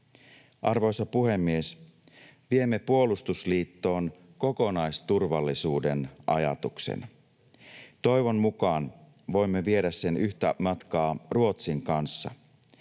Arvoisa puhemies! Viemme puolustusliittoon kokonaisturvallisuuden ajatuksen. Toivon mukaan voimme viedä sen yhtä matkaa Ruotsin kanssa,